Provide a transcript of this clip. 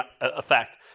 effect